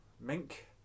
Mink